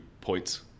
points